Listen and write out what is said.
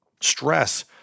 stress